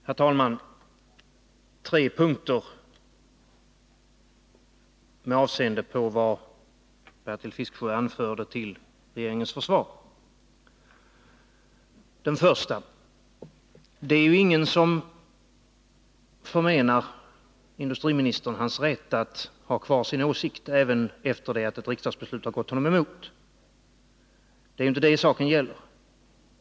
Herr talman! Tre punkter med avseende på vad Bertil Fiskesjö anförde till regeringens försvar: 1. Det är ingen som förmenar industriministern hans rätt att ha kvar sin åsikt även efter det att ett riksdagsbeslut har gått honom emot. Det är inte det saken gäller.